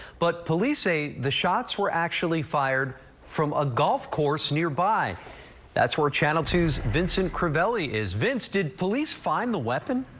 but police say the shots were actually fired from a golf course near by that's where channel two's vincent crivelli is vince did police find the weapon.